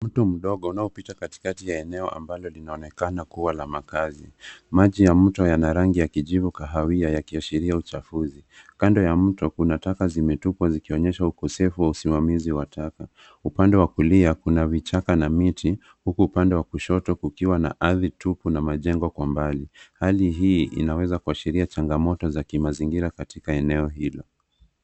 Mto mdogo, unaopita katikati ya eneo ambalo linaonekana kuwa la makaazi, maji ya mto yana rangi ya kijivu kahawia yakiashiria uchafuzi. Kando ya mto kuna taka zimetupwa zikionyesha ukosefu wa usimamizi wa taka. Upande wa kulia kuna vichaka na miti, huku upande wa kushoto kukiwa na ardhi tupu na majengo kwa mbali. Hali hii inaweza kuashiria changamoto za kimazingira katika eneo hilo.